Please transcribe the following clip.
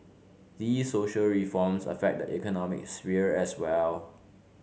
these social reforms affect the economic sphere as well